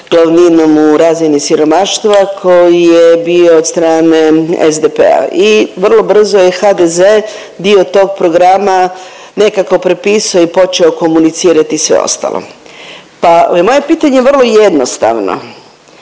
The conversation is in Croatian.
glavninom u razini siromaštva koji je bio od strane SDP-a. I vrlo brzo je HDZ dio tog programa nekako pripisao i počeo komunicirati i sve ostalo. Pa je moje pitanje vrlo jednostavno